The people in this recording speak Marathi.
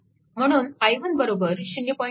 म्हणून i1 0